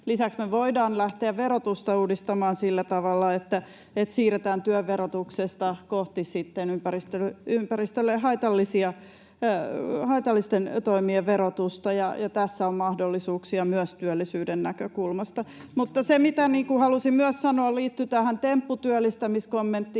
Lisäksi me voimme lähteä verotusta uudistamaan sillä tavalla, että siirrämme työn verotuksesta kohti ympäristölle haitallisten toimien verotusta, ja tässä on mahdollisuuksia myös työllisyyden näkökulmasta. Mutta se, mitä halusin myös sanoa, liittyy tähän tempputyöllistämiskommenttiin,